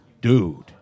Dude